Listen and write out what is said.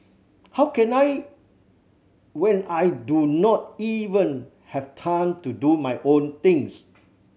how can I when I do not even have time to do my own things